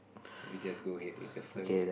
we just go ahead with the flow